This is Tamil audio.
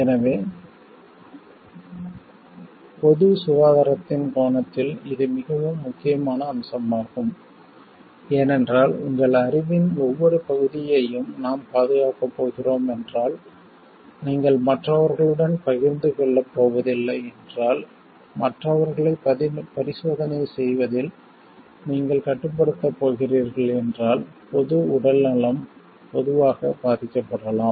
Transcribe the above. எனவே பொது சுகாதாரத்தின் கோணத்தில் இது மிகவும் முக்கியமான அம்சமாகும் ஏனென்றால் உங்கள் அறிவின் ஒவ்வொரு பகுதியையும் நாம் பாதுகாக்கப் போகிறோம் என்றால் நீங்கள் மற்றவர்களுடன் பகிர்ந்து கொள்ளப் போவதில்லை என்றால் மற்றவர்களை பரிசோதனை செய்வதில் நீங்கள் கட்டுப்படுத்தப் போகிறீர்கள் என்றால் பொது உடல்நலம் பொதுவாக பாதிக்கப்படலாம்